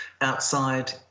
outside